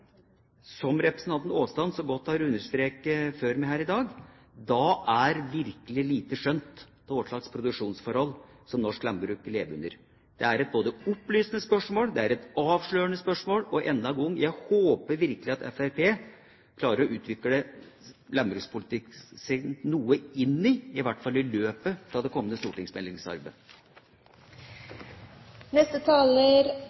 jordbruk. Representanten Aasland har understreket det så godt før meg her i dag: Da har man virkelig skjønt lite av hva slags produksjonsforhold norsk landbruk lever under. Det er både et opplysende spørsmål, og det er et avslørende spørsmål. Og enda en gang: Jeg håper virkelig at Fremskrittspartiet klarer å utvikle landbrukspolitikken sin noe, i hvert fall, i løpet av det kommende stortingsmeldingsarbeidet.